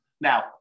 Now